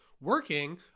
working